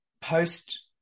post